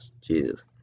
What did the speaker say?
Jesus